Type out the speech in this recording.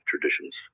traditions